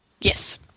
Yes